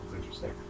interesting